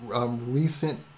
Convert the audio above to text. recent